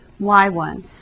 y1